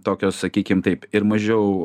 tokios sakykim taip ir mažiau